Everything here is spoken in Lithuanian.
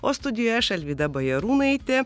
o studijoje aš alvyda bajarūnaitė